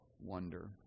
wonder